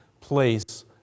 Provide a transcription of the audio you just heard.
place